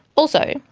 also,